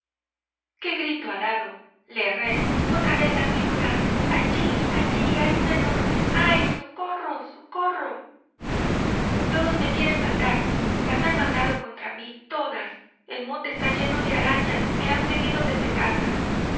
qué grito ha dado le erré otra vez las víboras allí allí hay una enorme ay socorro socorro todos me quieren matar las han mandado contra mí todas el monte está lleno de arañas me han seguido desde casa